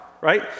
right